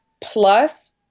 plus